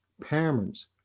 Parents